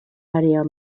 área